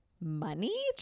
Money